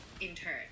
intern